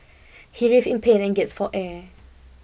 he writhed in pain and gasped for air